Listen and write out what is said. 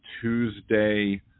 Tuesday